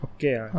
Okay